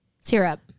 Syrup